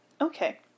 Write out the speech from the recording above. Okay